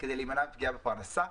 כדי להימנע מפגיעה בפרנסה.